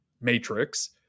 Matrix